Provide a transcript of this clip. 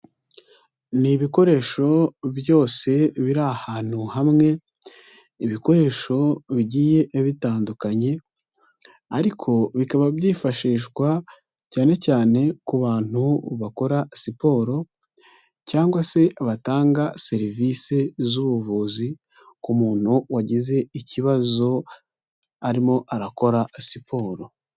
Ni ibikoresho byose biri ahantu hamwe. Ibikoresho bigiye bitandukanye, ariko bikaba byifashishwa cyane cyane ku bantu bakora siporo, cyangwa se batanga serivisi z'ubuvuzi ku muntu wagize ikibazo arimo arakora siporo.